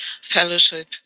fellowship